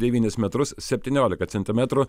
devynis metrus septynioliką centimetrų